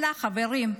חברים,